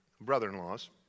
brother-in-law's